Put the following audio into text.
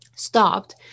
stopped